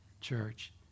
church